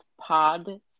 pod